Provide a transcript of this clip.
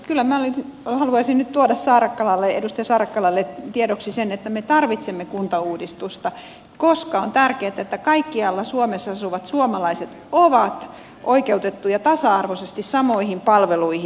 kyllä minä haluaisin nyt tuoda edustaja saarakkalalle tiedoksi sen että me tarvitsemme kuntauudistusta koska on tärkeätä että kaikkialla suomessa asuvat suomalaiset ovat oikeutettuja tasa arvoisesti samoihin palveluihin